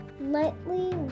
lightly